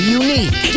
unique